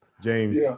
James